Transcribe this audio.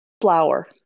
flower